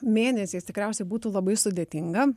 mėnesiais tikriausiai būtų labai sudėtinga